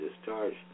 discharged